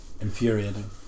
Infuriating